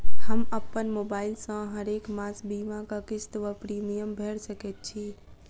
हम अप्पन मोबाइल सँ हरेक मास बीमाक किस्त वा प्रिमियम भैर सकैत छी?